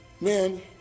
Man